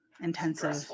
intensive